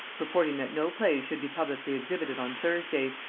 purporting that no plays should be publicly exhibited on thursdays,